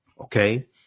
okay